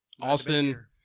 Austin